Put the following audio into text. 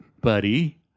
buddy